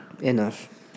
enough